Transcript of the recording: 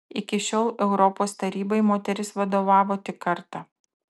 iki šiol europos tarybai moteris vadovavo tik kartą